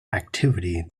activity